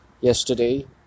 yesterday